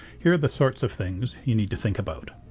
here are the sorts of things you need to think about.